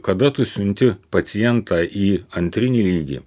kada tu siunti pacientą į antrinį lygį